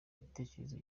ibitekerezo